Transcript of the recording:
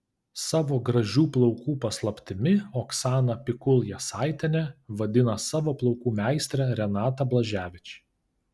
savo gražių plaukų paslaptimi oksana pikul jasaitienė vadina savo plaukų meistrę renatą blaževič